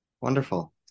Wonderful